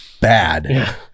bad